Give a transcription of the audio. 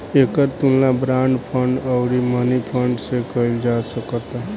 एकर तुलना bond fund अउरी money fund से कईल जा सकता